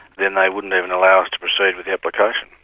then they wouldn't even allow us to proceed with the application.